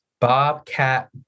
Bobcat